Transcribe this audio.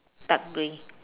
dark grey